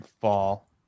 fall